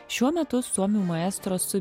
šiuo metu suomių maestro su